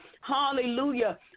hallelujah